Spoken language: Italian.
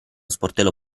sportello